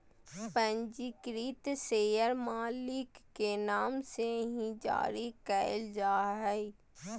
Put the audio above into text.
पंजीकृत शेयर मालिक के नाम से ही जारी क़इल जा हइ